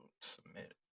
Submit